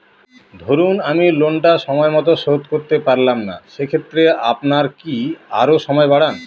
ধরুন আমি লোনটা সময় মত শোধ করতে পারলাম না সেক্ষেত্রে আপনার কি আরো সময় বাড়ান?